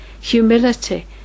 humility